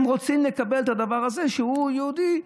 הם רוצים לקבל את הדבר הזה שהוא יהודי,